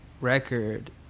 record